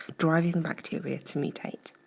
driving bacteria to mutate.